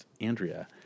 Andrea